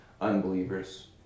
unbelievers